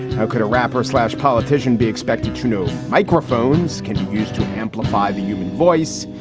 how could a rapper slash politician be expected to you know microphones? can you used to amplify the human voice.